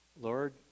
Lord